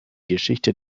geschichte